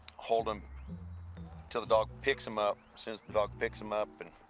hold em til the dog picks em up, since the dog picks em up and